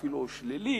אפילו שלילית,